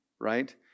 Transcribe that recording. right